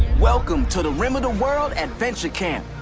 welcome to the rim of the world adventure camp.